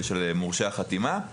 ושל מורשי החתימה.